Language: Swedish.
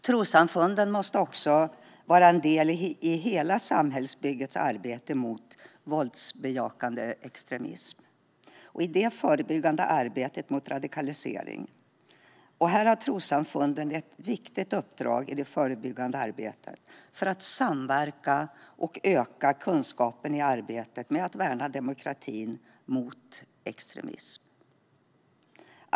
Trossamfunden måste också vara en del i hela samhällsbyggets arbete mot våldsbejakande extremism och i det förebyggande arbetet mot radikalisering. Här har trossamfunden ett viktigt uppdrag i det förebyggande arbetet för att samverka och öka kunskapen i arbetet med att värna demokratin mot extremism.